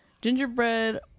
Gingerbread